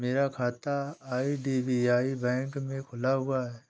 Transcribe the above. मेरा खाता IDBI bank में खुला हुआ है